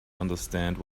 understand